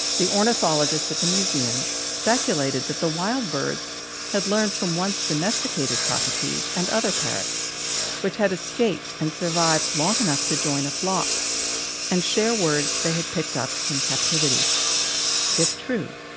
the ornithologist at the museum speculated that the wild birds had learned from once-domesticated cockatoos and other parrots which had escaped and survived long enough to join a flock and share words they had picked up in captivity if true,